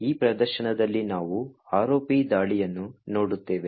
ಈ ಪ್ರದರ್ಶನದಲ್ಲಿ ನಾವು ROP ದಾಳಿಯನ್ನು ನೋಡುತ್ತೇವೆ